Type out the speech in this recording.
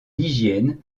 l’hygiène